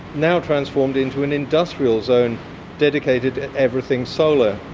now transformed into an industrial zone dedicated everything solar.